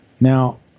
Now